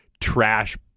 trash